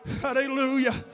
hallelujah